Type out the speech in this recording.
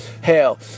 Hell